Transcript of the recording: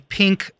pink